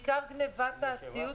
בעיקר גניבת הציוד,